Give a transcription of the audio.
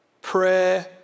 Prayer